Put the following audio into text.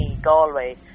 Galway